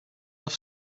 off